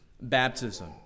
baptism